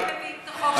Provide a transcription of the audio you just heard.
אני אמרתי לך,